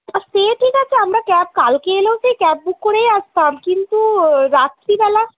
সে ঠিক আছে আমরা ক্যাব কালকে এলেও সেই ক্যাব বুক করেই আসতাম কিন্তু রাত্রি বেলা